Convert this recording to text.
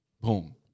boom